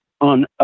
on